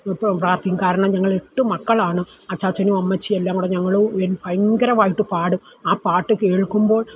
ഇപ്പം പ്രാർത്ഥിക്കും കാരണം ഞങ്ങൾ എട്ട് മക്കളാണ് അച്ചാച്ചനും അമ്മച്ചിയും എല്ലാം കൂടെ ഞങ്ങൾ ഭയങ്കരമായിട്ട് പാടും ആ പാട്ട് കേൾക്കുമ്പോൾ